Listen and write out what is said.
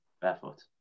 barefoot